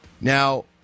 Now